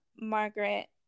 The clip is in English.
Margaret